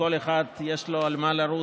ולכל אחד יש למה לרוץ,